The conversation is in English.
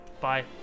Bye